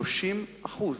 30%,